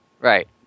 Right